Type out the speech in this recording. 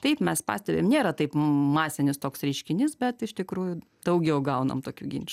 taip mes patiriam nėra taip masinis toks reiškinys bet iš tikrųjų daugiau gaunam tokių ginčų